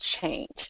change